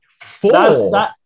Four